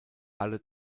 alle